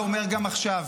ואני אומר גם עכשיו,